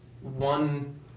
one